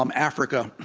um africa,